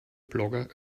blogger